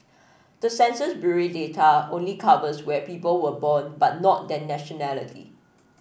the Census Bureau data only covers where people were born but not their nationality